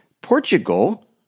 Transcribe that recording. Portugal